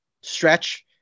stretch